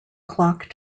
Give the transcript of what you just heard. clock